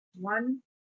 One